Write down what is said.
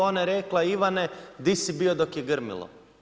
Ona je rekla Ivane di si bio dok je grmilo?